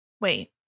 Wait